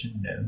No